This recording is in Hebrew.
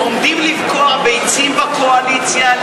עומדות לבקוע ביצים בקואליציה?